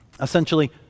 essentially